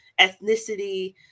ethnicity